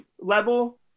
level